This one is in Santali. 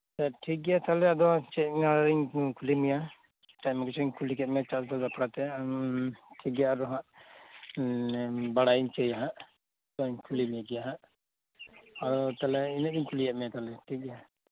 ᱟ ᱴᱷᱤᱠ ᱜᱮᱭᱟ ᱛᱟᱦᱚᱞᱮ ᱟᱫᱚ ᱪᱮᱫ ᱱᱤᱭᱮᱧ ᱠᱩᱞᱤ ᱢᱮᱭᱟ ᱟᱭᱢᱟ ᱠᱤᱪᱷᱩᱧ ᱠᱩᱞᱤ ᱠᱮᱫ ᱢᱮᱭᱟ ᱪᱟᱥ ᱠᱚ ᱵᱟᱠᱷᱨᱟᱛᱮ ᱴᱷᱤᱠ ᱜᱮᱭᱟ ᱟᱨᱦᱚᱸ ᱦᱟᱸᱜ ᱵᱟᱲᱟᱭᱟᱹᱧ ᱪᱚᱭᱟ ᱦᱟᱸᱜ ᱛᱷᱚᱲᱟᱧ ᱠᱩᱞᱤ ᱢᱮᱜᱮᱭᱟ ᱦᱟᱸᱜ ᱟᱨ ᱛᱟᱦᱞᱮ ᱤᱱᱟᱹᱜ ᱤᱧ ᱠᱩᱞᱤᱭᱮᱫ ᱢᱮᱭᱟ ᱛᱟᱦᱞᱮ ᱴᱷᱤᱠ ᱜᱮᱭᱟ